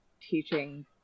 teaching